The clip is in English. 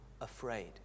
afraid